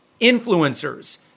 influencers